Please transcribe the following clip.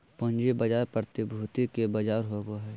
पूँजी बाजार प्रतिभूति के बजार होबा हइ